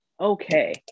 okay